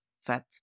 fat